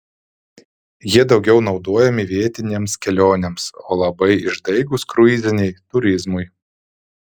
jie daugiau naudojami vietinėms kelionėms o labai ištaigūs kruiziniai turizmui